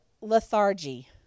lethargy